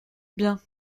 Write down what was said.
bien